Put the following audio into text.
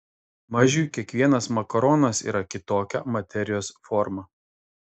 mažiui kiekvienas makaronas yra kitokia materijos forma